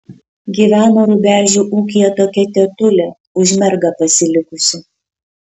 gyveno rubežių ūkyje tokia tetulė už mergą pasilikusi